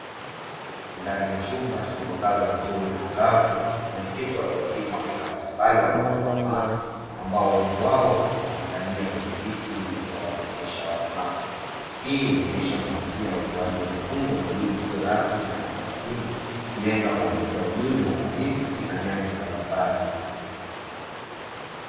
Ndani ya chumba chenye mwangaza mzuri na angavu, wameketi watu wazima, wanaume na wanawake, ambao wengi wao wamekalia kwenye viti; hii inaonyesha mazingira ya utoaji wa mafunzo na elimu isiyo rasmi kwa watu wazima, ikilenga kuongezea ujuzi na ufanisi katika nyanja mbalimbali.